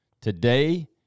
today